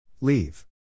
Leave